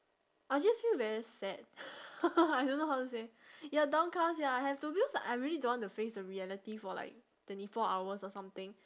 I'll just feel very sad I don't how to say ya downcast ya I have to because I really don't want to face the reality for like twenty four hours or something